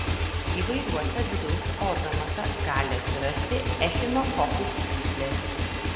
įvairiuose vidaus organuose gali atsirasti echinokokų pūslės